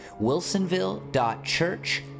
wilsonville.church